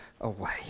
away